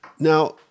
Now